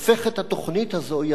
"ירדן היא פלסטין",